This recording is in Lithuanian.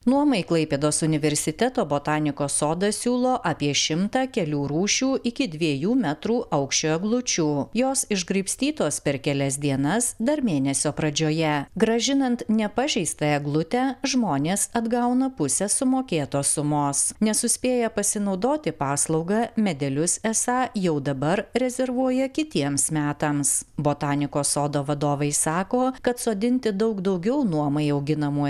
nuomai klaipėdos universiteto botanikos sodas siūlo apie šimtą kelių rūšių iki dviejų metrų aukščio eglučių jos išgraibstytos per kelias dienas dar mėnesio pradžioje grąžinant nepažeistą eglutę žmonės atgauna pusę sumokėtos sumos nesuspėję pasinaudoti paslauga medelius esą jau dabar rezervuoja kitiems metams botanikos sodo vadovai sako kad sodinti daug daugiau nuomai auginamų